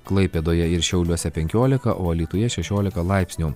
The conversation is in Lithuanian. klaipėdoje ir šiauliuose penkiolika o alytuje šešiolika laipsnių